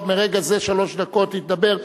מרגע זה שלוש דקות היא תדבר,